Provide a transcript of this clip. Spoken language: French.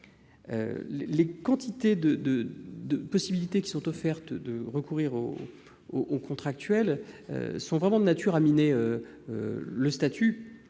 Les quantités de possibilités qui sont offertes de recourir aux contractuels sont réellement de nature à miner le statut